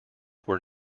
were